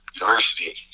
university